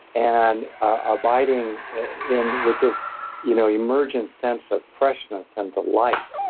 and abiding in with this you know emergent sense of freshness and delight,